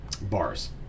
Bars